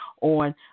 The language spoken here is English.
on